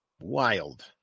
Wild